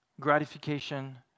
gratification